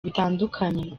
bitandukanye